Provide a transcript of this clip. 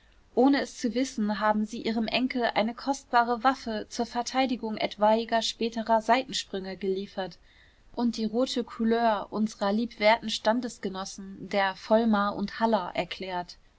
ohne es zu wissen haben sie ihrem enkel eine kostbare waffe zur verteidigung etwaiger späterer seitensprünge geliefert und die rote couleur unserer liebwerten standesgenossen der vollmar und haller erklärt